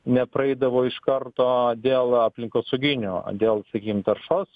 nepraeidavo iš karto dėl aplinkosauginio dėl sakym taršos